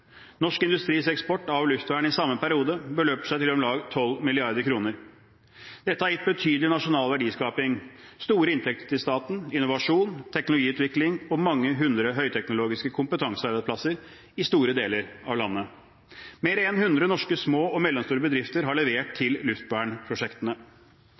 Norsk industris eksport av luftvern i samme periode beløper seg til om lag 12 mrd. kr. Dette har gitt betydelig nasjonal verdiskaping, store inntekter til staten, innovasjon, teknologiutvikling og mange hundre høyteknologiske kompetansearbeidsplasser i store deler av landet. Mer enn 100 små og mellomstore bedrifter har levert til luftvernprosjektene.